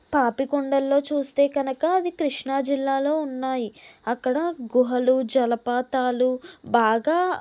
పాపికొండల్లో చూస్తే కనక అది కృష్ణా జిల్లాలో ఉన్నాయి అక్కడ గుహలు జలపాతాలు బాగా